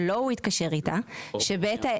שלא הלקוח הוא זה שהתקשר --- או מהמוטב,